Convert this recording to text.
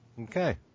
Okay